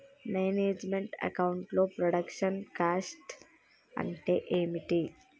Manage meant account లో production cost అంటే ఏమిటి?